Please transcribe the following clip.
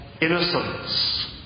innocence